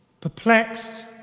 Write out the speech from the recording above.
perplexed